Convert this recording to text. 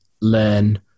learn